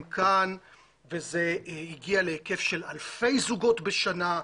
כאן וזה הגיע להיקף של אלפי זוגות בשנה,